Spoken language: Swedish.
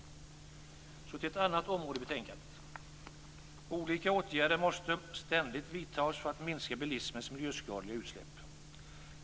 Så till ett annat område i betänkandet. Olika åtgärder måste ständigt vidtas för att minska bilismens miljöskadliga utsläpp.